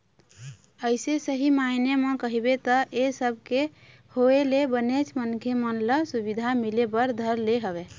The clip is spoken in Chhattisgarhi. अइसे सही मायने म कहिबे त ऐ सब के होय ले बनेच मनखे मन ल सुबिधा मिले बर धर ले हवय